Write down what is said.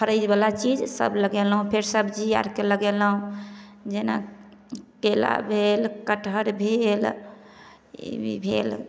फड़ै बला चीज सभ लगेलहुॅं फेर सब्जी आरके लगेलहुॅं जेना केला भेल कठहर भेल ई भेल